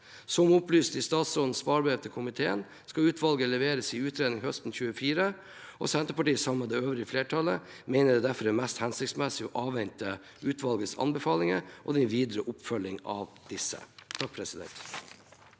Som opplyst i statsrådens svarbrev til komiteen skal utvalget levere sin utredning høsten 2024, og Senterpartiet, sammen med det øvrige flertallet, mener derfor det er mest hensiktsmessig å avvente utvalgets anbefalinger og den videre oppfølging av disse.